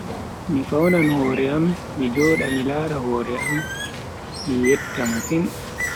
Mi faunan hore am, mi joda mi lara hore am min yeta masin.